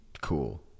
cool